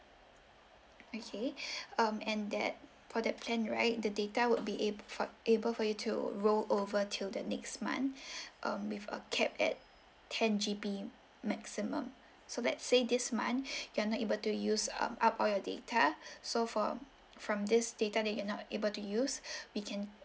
okay um and that for that plan right the data would be able for able you to roll over till the next month um with a cap at ten G_B maximum so let say this month you are not able to use up up all your data so for from this data that you're not able to use we can